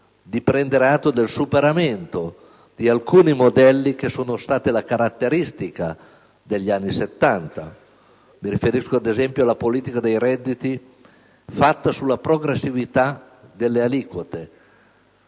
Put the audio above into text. di prendere atto del superamento di alcuni modelli che sono stati la caratteristica degli anni '70. Mi riferisco alla politica dei redditi basata sulla progressività delle aliquote,